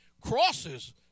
Crosses